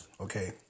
Okay